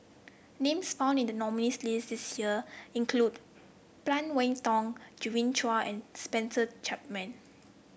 names found in the nominees' list this year include Phan Wait Hong Genevieve Chua and Spencer Chapman